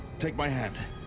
take my hand!